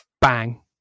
bang